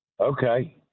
Okay